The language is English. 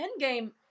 Endgame